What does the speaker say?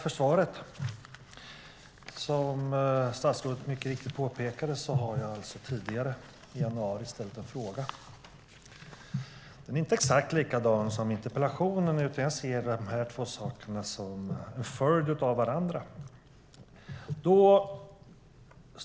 Fru talman! Jag tackar för svaret. Som statsrådet mycket riktigt påpekade ställde jag i januari en fråga. Den är inte exakt likadan som interpellationen, utan jag ser interpellationen som en följd av frågan.